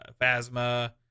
Phasma